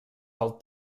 del